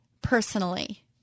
personally